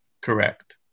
Correct